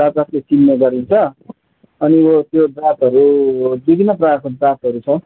जात जातले चिन्ने गरिन्छ अनि यो त्यो जातहरू विभिन्न प्रकारको जातहरू छ